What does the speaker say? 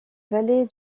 vallée